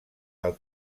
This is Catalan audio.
del